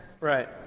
Right